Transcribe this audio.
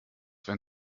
wenn